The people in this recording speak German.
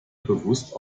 bewusst